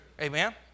amen